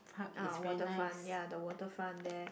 ah waterfront ya the waterfront there